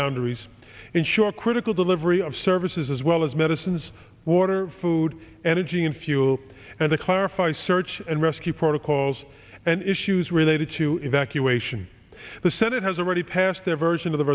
boundaries ensure critical delivery of services as well as medicines water food energy and fuel and to clarify search and rescue protocols and issues related to evacuation the senate has already passed their version of the